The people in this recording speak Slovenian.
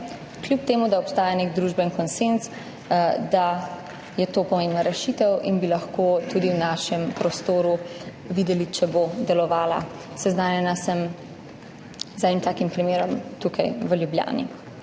kljub temu da obstaja nek družbeni konsenz, da je to pomembna rešitev in bi lahko tudi v našem prostoru videli, če bo delovala. Seznanjena sem z enim takim primerom tukaj v Ljubljani.